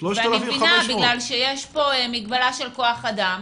ואני מבינה, בגלל שיש פה מגבלה של כוח אדם,